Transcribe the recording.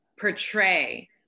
portray